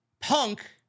Punk